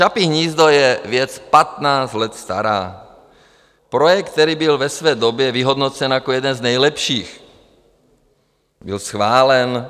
Čapí hnízdo je věc patnáct let stará, projekt, který byl ve své době vyhodnocen jako jeden z nejlepších, byl schválen.